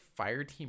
fireteam